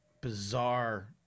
bizarre